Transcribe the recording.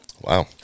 Wow